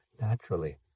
naturally